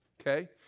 Okay